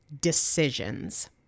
decisions